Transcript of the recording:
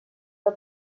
del